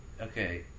okay